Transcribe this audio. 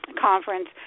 conference